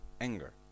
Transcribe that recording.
anger